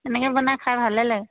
তেনেকৈ বনাই খাই ভালে লাগে